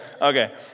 Okay